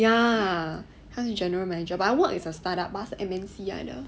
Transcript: ya 他是 general manager but the work is a start up but 他是 M_N_C 来的